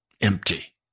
empty